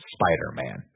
Spider-Man